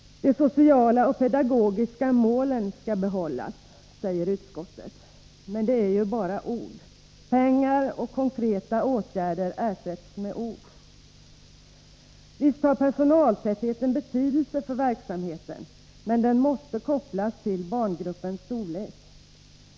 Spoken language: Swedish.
De sociala och pedagogiska målen skall behållas, säger utskottet. Men det är ju bara ord. Pengar och konkreta åtgärder ersätts med ord. Visst har personaltätheten betydelse för verksamheten, men den måste kopplas till barngruppens storlek.